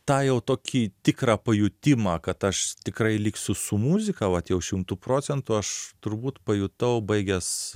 tą jau tokį tikrą pajutimą kad aš tikrai liksiu su muzika vat jau šimtu procentų aš turbūt pajutau baigęs